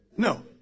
No